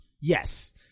Yes